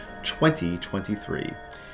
2023